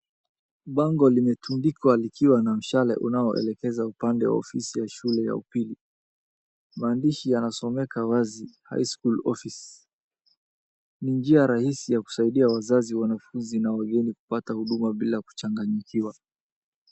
Bango limetundikwa likiwa na mshale unao elekeza upande wa ofisi ya shule ya upili. Maandishi yanasomeka wazi, high school office . Ni njia rahisi ya kusaidia wazazi, wanafunzi na wageni kupata huduma bila kuchanganyikiwa,